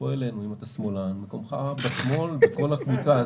בוא אלינו כשמאלן, מקומך בשמאל עם כל הקבוצה הזאת.